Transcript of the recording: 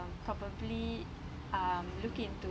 um probably um look into